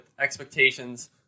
expectations